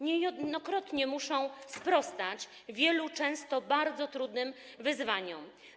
Niejednokrotnie muszą oni sprostać wielu często bardzo trudnym wyzwaniom.